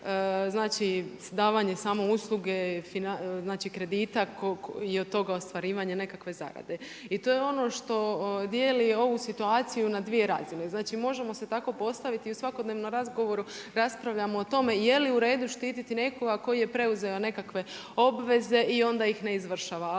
a ne davanje samo usluge kredita koji je od tog ostvarivanja nekakve zarade. I to je ono što dijeli ovu situaciju na dvije razine. Znači možemo se tako postaviti i u svakodnevnom razgovoru raspravljamo o tome, je li u redu štiti nekoga koji je preuzeo nekakve obveze i onda ih ne izvršava.